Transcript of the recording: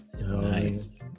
nice